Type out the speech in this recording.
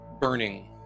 burning